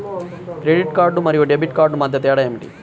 Credit card మరియు debit card మధ్య తేడా ఏమిటి?